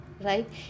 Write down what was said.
right